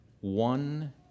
one